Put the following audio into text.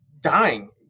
dying